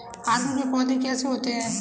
आलू के पौधे कैसे होते हैं?